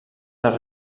del